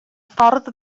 ffordd